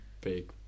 big